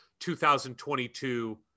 2022